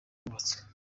wubatswe